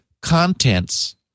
contents